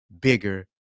bigger